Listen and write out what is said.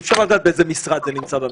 אי-אפשר לדעת באיזה משרד זה נמצא בממשלה.